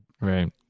right